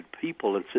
people